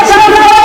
שאת לא רואה